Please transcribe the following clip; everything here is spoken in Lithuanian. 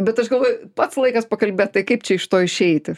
bet aš galvoju pats laikas pakalbėt tai kaip čia iš to išeiti